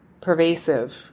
pervasive